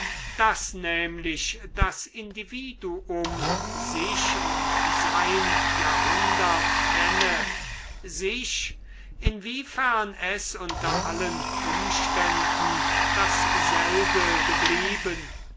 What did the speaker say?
daß nämlich das individuum sich und sein jahrhundert kenne sich inwiefern es unter allen umständen dasselbe geblieben